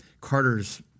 Carter's